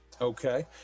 Okay